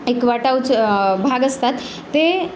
एक वाटा उच भाग असतात ते